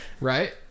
Right